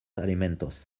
alimentos